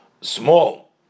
small